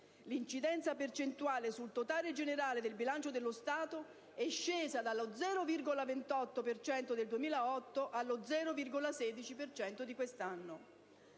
L'incidenza percentuale sul totale generale del bilancio dello Stato è scesa dallo 0,28 per cento del 2008 allo 0,16 per cento di quest'anno.